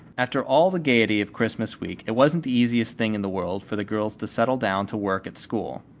after all the gaiety of christmas week it wasn't the easiest thing in the world for the girls to settle down to work at school.